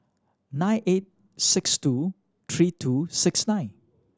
nine eight six two three two six nine